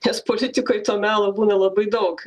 nes politikoj to melo būna labai daug